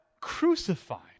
crucified